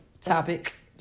Topics